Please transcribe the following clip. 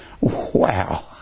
wow